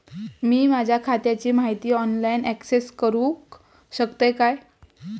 मी माझ्या खात्याची माहिती ऑनलाईन अक्सेस करूक शकतय काय?